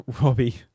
Robbie